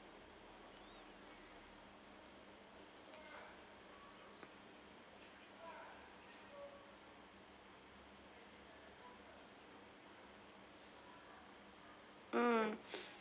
mm